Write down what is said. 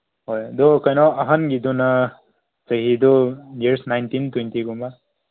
ꯑꯗꯨ ꯀꯩꯅꯣ ꯑꯍꯟꯒꯤꯗꯨꯅ ꯆꯍꯤꯗꯨ ꯏꯌꯥꯔꯁ ꯅꯥꯏꯟꯇꯤꯟ ꯇ꯭ꯋꯦꯟꯇꯤꯒꯨꯝꯕ